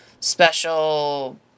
special